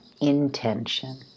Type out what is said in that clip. intention